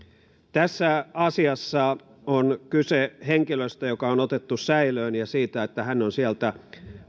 tässä asiassa on kyse henkilöstä joka on otettu säilöön ja siitä että hän on sieltä